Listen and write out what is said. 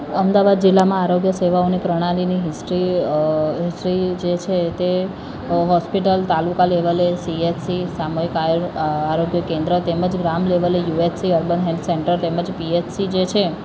અમદાવાદ જિલ્લામાં આરોગ્ય સેવાઓની પ્રણાલીની હિસ્ટ્રી હિસ્ટ્રી જે છે તે હૉસ્પિટલ તાલુકા લેવલે સી એચ સી સામૂહિક આય અ આરોગ્ય કેન્દ્ર તેમજ ગ્રામ લેવલે U H C urban health કેન્દ્ર તેમજ પી એચ સી જે છે